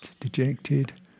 dejected